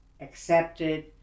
accepted